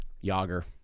Yager